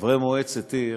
חברי מועצת עיר,